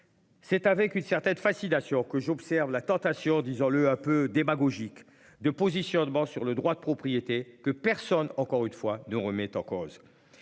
C'est avec une certaine fascination que j'observe la tentation, disons-le, un peu démagogique de positionnement sur le droit de propriété que personne, encore une fois ne remettent en cause